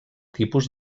tipus